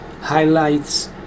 highlights